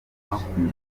makumyabiri